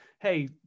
hey